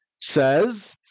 says